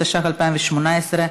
התשע"ח 2018,